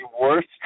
worst